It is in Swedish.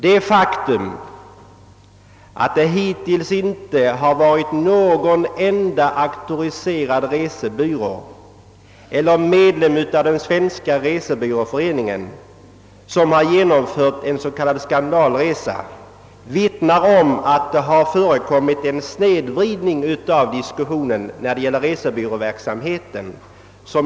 Det faktum att det hittills inte varit någon enda auktoriserad resebyrå eller medlem av Svenska resebyråföreningen som genomfört en s.k. skandalresa vittnar om en snedvridning av diskussionen rörande reserbyråverksamheten.